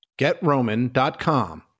GetRoman.com